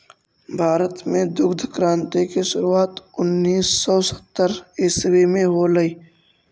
भारत में दुग्ध क्रान्ति की शुरुआत उनीस सौ सत्तर ईसवी में होलई